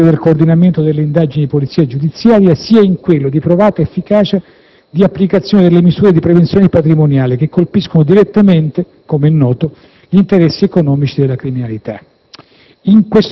sia nell'ambito del coordinamento delle indagini di polizia giudiziaria, sia in quello, di provata efficacia, di applicazione delle misure di prevenzione patrimoniali, che colpiscono direttamente - come è noto - gli interessi economici della criminalità.